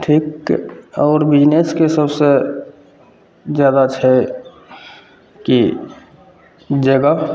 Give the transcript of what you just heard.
ठीक आओर बिजनेसके सबसे जादा छै कि जगह